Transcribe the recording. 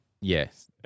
Yes